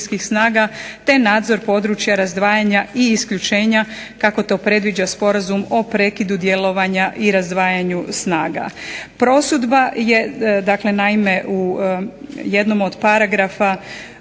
te nadzor područja razdvajanja i isključenja kako to predviđa sporazum o prekidu djelovanja i razdvajanju snaga. Prosudba je dakle naime, u jednom od paragrafa